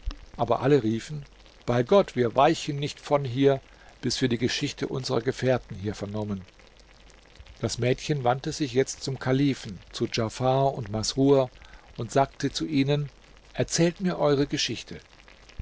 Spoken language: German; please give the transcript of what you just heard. aber alle riefen bei gott wir weichen nicht von hier bis wir die geschichte unserer gefährten hier vernommen das mädchen wandte sich jetzt zum kalifen zu diafar und masrur und sagte zu ihnen erzählt mir eure geschichte